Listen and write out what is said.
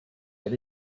that